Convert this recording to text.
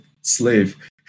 slave